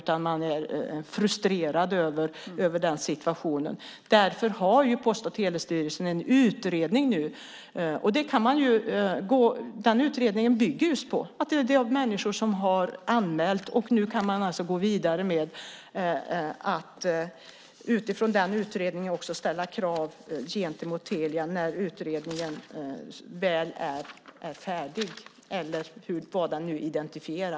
Man är frustrerad över situationen. Därför gör Post och telestyrelsen en utredning. Utredningen bygger på att människor har anmält. Nu kan man gå vidare med att med utgångspunkt i vad den färdiga utredningen identifierar ställa krav gentemot Telia.